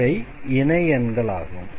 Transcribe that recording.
இவை இணை எண்களாகும்